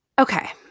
Okay